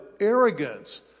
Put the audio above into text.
arrogance